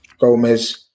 Gomez